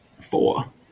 Four